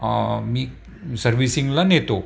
मी सर्विसिंगला नेतो